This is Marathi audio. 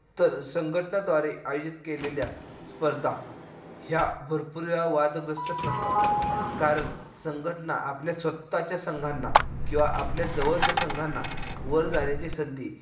तर संघटनेद्वारे आयोजित केलेल्या स्पर्धा ह्या भरपूर वेळा वादग्रस्त ठरतात कारण संघटना आपल्या स्वतःच्या संघांना किंवा आपल्या जवळच्या संघांना वर जाण्याची संधी